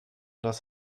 das